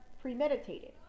premeditated